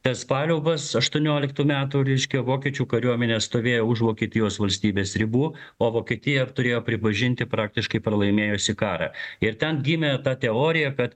tas paliaubas aštuonioliktų metų reiškia vokiečių kariuomenė stovėjo už vokietijos valstybės ribų o vokietija turėjo pripažinti praktiškai pralaimėjusi karą ir ten gimė ta teorija kad